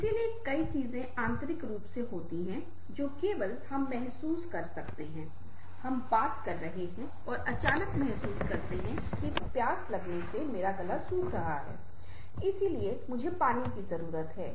इसलिए कई चीजें आंतरिक रूप से होती हैं जो केवल हम महसूस कर सकते हैं हम बात कर रहे हैं और अचानक महसूस करते हैं कि प्यास लगने से मेरा गला सूख रहा है इसलिए मुहे पानी की जरूरत है